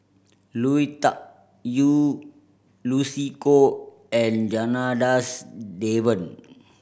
Lui Tuck Yew Lucy Koh and Janadas Devan